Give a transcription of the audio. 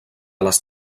les